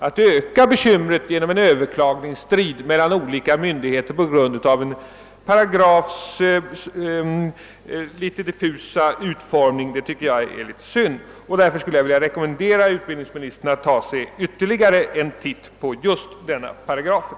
Att ytterligare öka bekymren för elever och föräldrar genom ett överklagande som möjliggörs av en diffus utformning av en paragraf tycker jag är synd. Därför vill jag rekommendera utbildningsministern att ta sig en ytterligare funderare över den aktuella paragrafen.